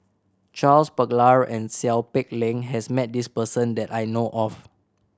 Charles Paglar and Seow Peck Leng has met this person that I know of